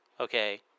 Okay